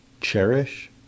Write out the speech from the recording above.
cherish